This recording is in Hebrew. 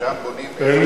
שם בונים בלי, ?